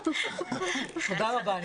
תודה רבה.